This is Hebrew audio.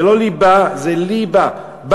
זה לא ליבה, זה לי בא.